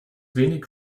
wenig